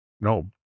no